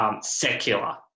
secular